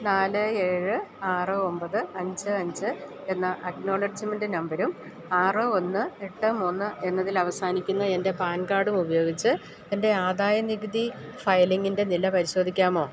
നാല് എഴ് ആറ് ഒമ്പത് അഞ്ച് അഞ്ച് എന്ന അക്നോളജ്മെൻ്റ് നമ്പരും ആറ് ഒന്ന് എട്ട് മൂന്ന് എന്നതിലവസാനിക്കുന്ന എൻ്റെ പാൻ കാർഡും ഉപയോഗിച്ച് എൻ്റെ ആദായനികുതി ഫയലിംഗിൻ്റെ നില പരിശോധിക്കാമോ